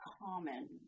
common